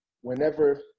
whenever